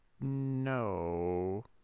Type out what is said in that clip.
no